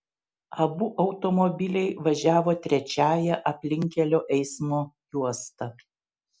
abu automobiliai važiavo trečiąja aplinkkelio eismo juosta